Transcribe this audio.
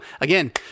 again